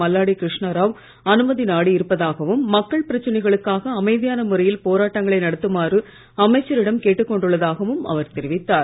மல்லாடி கிருஷ்ணராவ் அனுமதி நாடியிருப்பதாகவும் மக்கள் பிரச்சனைகளுக்காக அமைதியான முறையில் போராட்டங்களை நடத்துமாறு அமைச்சரிடம் கேட்டுக் கொண்டுள்ளதாகவும் அவர் தெரிவித்தார்